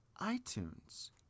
iTunes